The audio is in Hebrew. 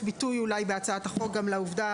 ואולי לתת ביטוי בהצעת החוק גם לעובדה